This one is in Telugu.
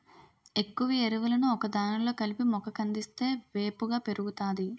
ఎక్కువ ఎరువులను ఒకదానిలో కలిపి మొక్క కందిస్తే వేపుగా పెరుగుతాది